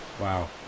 Wow